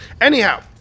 Anyhow